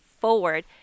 forward